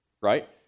right